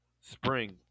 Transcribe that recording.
Spring